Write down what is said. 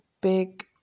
big